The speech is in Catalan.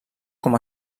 com